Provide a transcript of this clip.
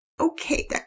Okay